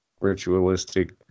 ritualistic